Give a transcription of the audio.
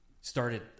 started